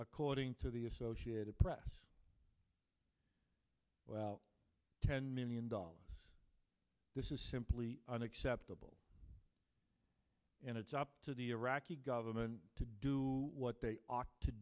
according to the associated press well ten million dollars this is simply unacceptable and it's up to the iraqi government to do what they ought to